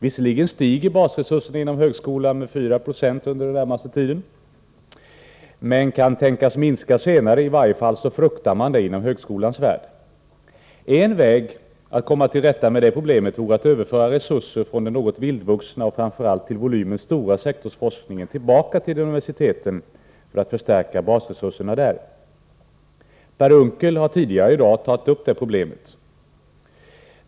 Visserligen stiger basresurserna inom högskolan med 4 96 under den närmaste tiden, men de kan tänkas minska senare; i varje fall fruktar man en minskning inom högskolans värld. En väg att komma till rätta med det problemet vore att överföra resurser från den något vildvuxna och framför allt till volymen stora sektorsforskningen, tillbaka till universiteten för att förstärka basresurserna där. Per Unckel har tidigare i dag tagit upp det problemet.